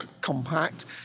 compact